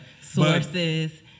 sources